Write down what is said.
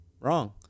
wrong